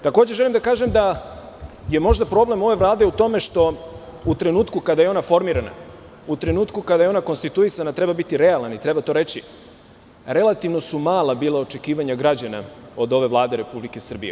Takođe, želim da kažem da je problem ove Vlade u tome što u trenutku kada je ona formirana, kada je ona konstituisana, treba biti realan i treba to reći, jer relativno su mala bila očekivanja građana od ove Vlade Republike Srbije.